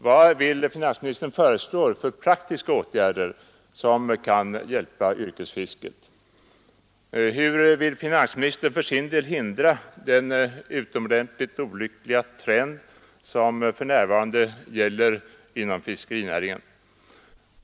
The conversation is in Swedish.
Vad vill finansministern föreslå för praktiska åtgärder, som kan hjälpa yrkesfiskarna? Hur vill finansministern för sin del hindra den utomordentligt olyckliga trend som för närvarande gäller inom fiskerinäringen?